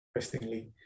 interestingly